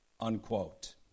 unquote